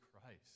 Christ